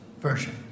version